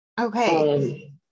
Okay